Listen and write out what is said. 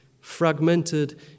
fragmented